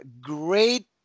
great